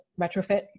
retrofit